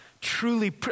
truly